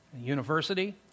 university